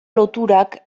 loturak